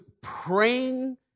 praying